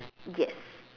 yes